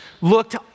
looked